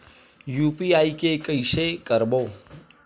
UPI के कइसे करबो?